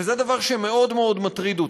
וזה דבר שמאוד מאוד מטריד אותי.